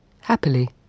Happily